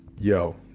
Yo